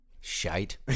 Shite